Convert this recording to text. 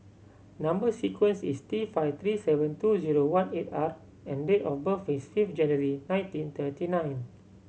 number sequence is T five three seven two zero one eight R and date of birth is fifth January nineteen thirty nine